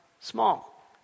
small